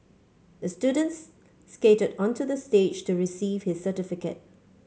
the students skated onto the stage to receive his certificate